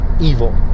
evil